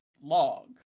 log